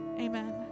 amen